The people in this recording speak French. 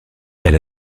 elle